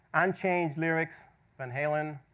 unchanged lyrics van halen.